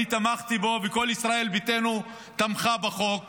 אני תמכתי בו וכל ישראל ביתנו תמכה בחוק